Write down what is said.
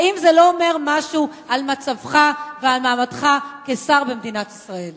האם זה לא אומר משהו על מצבך ומעמדך כשר במדינת ישראל?